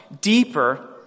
deeper